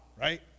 right